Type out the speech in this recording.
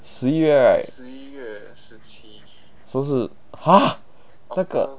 十一月 right 是不是 !huh!